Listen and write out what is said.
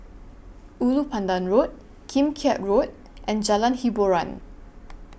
Ulu Pandan Road Kim Keat Road and Jalan Hiboran